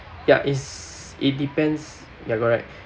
ya is it depends ya correct